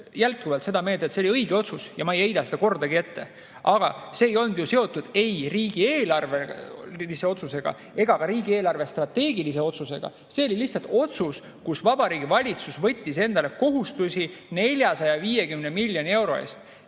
jätkuvalt seda meelt, et see oli õige otsus, ja ma ei heida seda kordagi ette. Aga see ei olnud seotud ei riigieelarve otsusega ega ka riigi eelarvestrateegiat puudutava otsusega. See oli lihtsalt otsus, millega Vabariigi Valitsus võttis endale kohustusi 450 miljoni euro